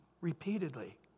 repeatedly